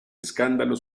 escándalo